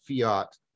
fiat